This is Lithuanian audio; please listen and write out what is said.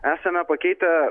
esame pakeitę